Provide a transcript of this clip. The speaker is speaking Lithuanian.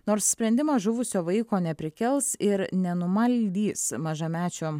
nors sprendimas žuvusio vaiko neprikels ir nenumaldys mažamečio